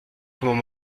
comment